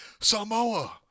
Samoa